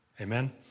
Amen